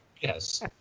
Yes